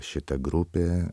šita grupė